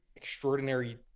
extraordinary